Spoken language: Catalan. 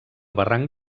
barranc